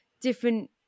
different